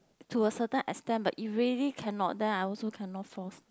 to a certain extent but if really cannot then I also cannot force